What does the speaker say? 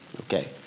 Okay